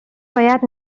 باید